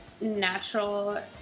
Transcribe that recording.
natural